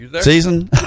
season